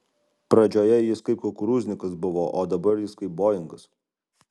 pradžioje jis kaip kukurūznikas buvo o dabar jis kaip boingas